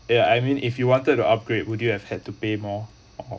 ya I mean if you wanted to upgrade would you have had to pay more or